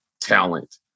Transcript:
talent